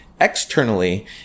Externally